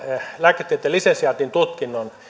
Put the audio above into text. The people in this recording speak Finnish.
lääketieteen lisensiaatin tutkinnon